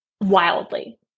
wildly